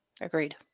Agreed